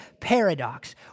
paradox